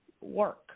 work